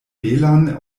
belan